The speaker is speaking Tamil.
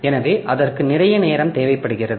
எனவே அதற்கு நிறைய நேரம் தேவைப்படுகிறது